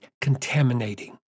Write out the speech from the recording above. contaminating